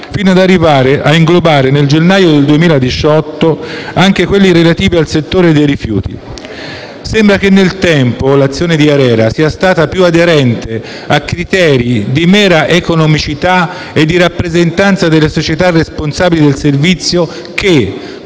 fino ad arrivare ad inglobare, nel gennaio 2018, anche quelli relativi al settore dei rifiuti. Sembra che nel tempo l'azione dell'ARERA sia stata più aderente a criteri di mera economicità e di rappresentanza delle società responsabili del servizio che,